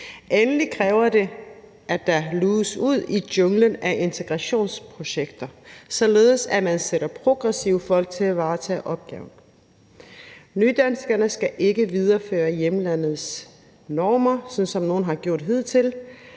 Endelig kræver det, at der luges ud i junglen af integrationsprojekter, således at man sætter progressive folk til at varetage opgaven. Nydanskerne skal ikke videreføre hjemlandets normer, sådan som nogle har gjort hidtil,